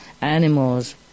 animals